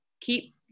keep